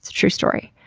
true story.